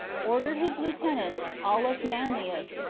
ordered his lieutenant, aulus manlius,